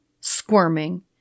squirming